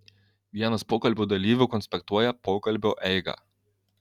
vienas pokalbio dalyvių konspektuoja pokalbio eigą